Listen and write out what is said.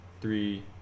three